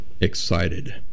excited